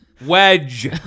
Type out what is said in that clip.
Wedge